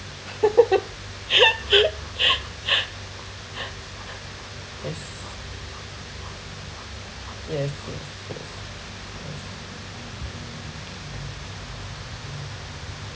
yes yes yes yes yes